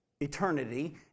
eternity